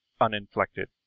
uninflected